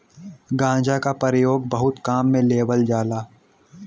गांजा क परयोग बहुत काम में लेवल जाला